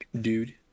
dude